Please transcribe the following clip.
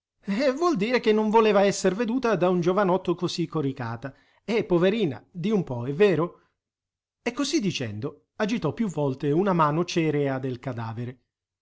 spento la candela vuol dire che non voleva esser veduta da un giovanotto così coricata eh poverina di un po è vero e così dicendo agitò più volte una mano cerea del cadavere